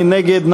מי נגד?